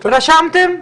רשמתם?